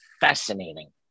fascinating